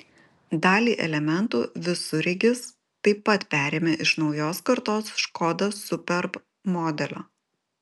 dalį elementų visureigis taip pat perėmė iš naujos kartos škoda superb modelio